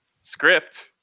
script